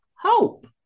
Hope